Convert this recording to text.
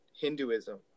Hinduism